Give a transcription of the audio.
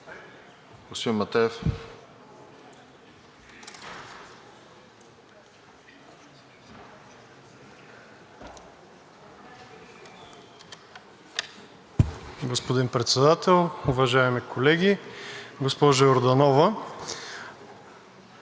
Господин Председател, уважаеми колеги! Госпожо Йорданова,